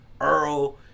Earl